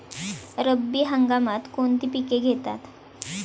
रब्बी हंगामात कोणती पिके घेतात?